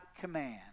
command